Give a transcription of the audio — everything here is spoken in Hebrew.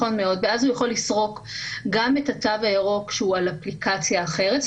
ואז הוא יכול לסרוק גם את התו הירוק שהוא על אפליקציה אחרת,